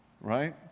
right